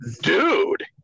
dude